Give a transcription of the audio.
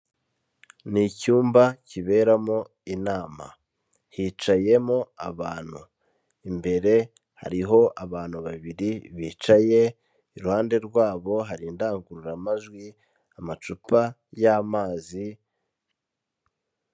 Ni icyumba kiberamo inama, hicayemo abantu, imbere hariho abantu babiri bicaye, iruhande rwabo hari indangururamajwi, amacupa y'amazi.